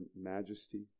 majesty